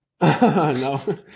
No